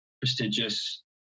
prestigious